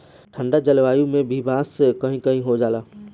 ठंडा जलवायु में भी बांस कही कही हो जाला